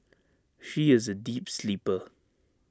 she is A deep sleeper